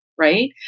right